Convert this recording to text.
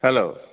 hello